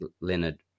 Leonard